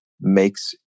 makes